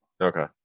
Okay